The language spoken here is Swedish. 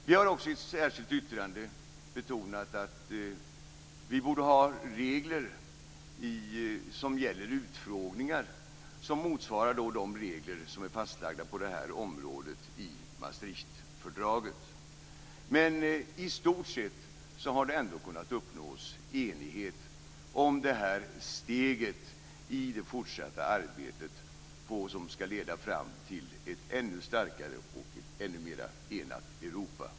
Vi har också i ett särskilt yttrande betonat att vi borde ha regler om utfrågningar som motsvarar de regler som är fastlagda på det här området i Maastrichtfördraget. Men i stor sett har det ändå kunnat uppnås enighet om det här steget i det fortsatta arbetet som skall leda fram till ett ännu starkare och ett ännu mera enat Europa.